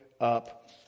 up